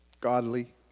godly